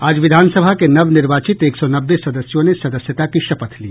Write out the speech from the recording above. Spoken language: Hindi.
आज विधानसभा के नवनिर्वाचित एक सौ नब्बे सदस्यों ने सदस्यता की शपथ ली